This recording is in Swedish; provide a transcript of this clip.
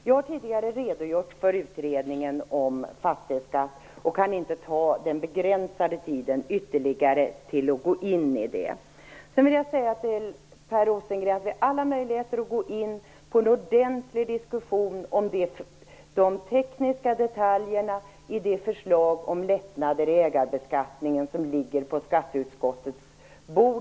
Jag har tidigare redogjort för utredningen om fastighetsskatt. Jag kan inte ta den begränsade tiden i anspråk till att ytterligare gå in på den. Jag vill säga till Per Rosengren att vi har alla möjligheter att gå in i en ordentlig diskussion om de tekniska detaljerna i det förslag om lättnader i ägarbeskattningen som ligger på skatteutskottets bord.